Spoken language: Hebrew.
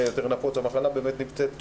המחלה יותר נפוצה והיא נמצאת בתוכנו.